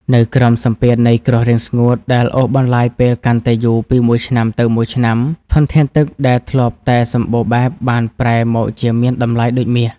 នៅក្រោមសម្ពាធនៃគ្រោះរាំងស្ងួតដែលអូសបន្លាយពេលកាន់តែយូរពីមួយឆ្នាំទៅមួយឆ្នាំ ធនធានទឹកដែលធ្លាប់តែសម្បូរបែបបានប្រែមកជាមានតម្លៃដូចមាស។